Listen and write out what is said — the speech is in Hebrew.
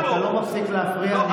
אתה לא מפסיק להפריע.